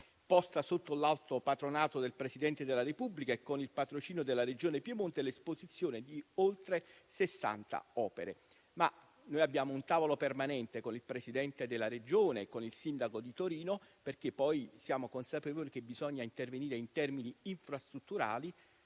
posta sotto l'Alto patronato del Presidente della Repubblica e con il patrocinio della Regione Piemonte, con l'esposizione di oltre 60 opere. Ma noi abbiamo un tavolo permanente con il Presidente della Regione e con il sindaco di Torino, perché siamo consapevoli che bisogna intervenire in termini infrastrutturali,